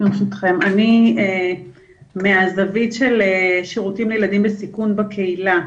אני מדברת מהזווית של שירותים לילדים בסיכון בקהילה.